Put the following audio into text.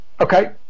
Okay